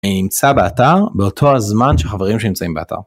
אני נמצא באתר באותו הזמן שחברים שלי נמצאים באתר.